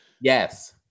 Yes